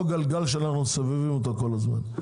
גלגל שאנחנו מסובבים אותו כל הזמן.